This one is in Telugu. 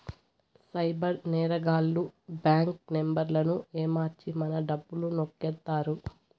సైబర్ నేరగాళ్లు బ్యాంక్ నెంబర్లను ఏమర్చి మన డబ్బులు నొక్కేత్తారు